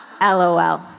LOL